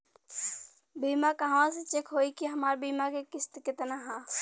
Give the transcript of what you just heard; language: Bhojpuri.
बीमा कहवा से चेक होयी की हमार बीमा के किस्त केतना ह?